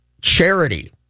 Charity